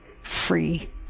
free